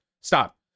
Stop